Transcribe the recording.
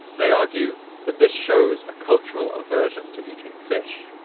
they argue that this shows a cultural aversion to eating fish,